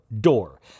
door